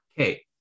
Okay